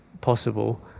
possible